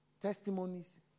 testimonies